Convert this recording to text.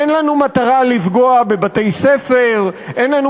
אין לנו מטרה לפגוע בבתי-ספר, אין לנו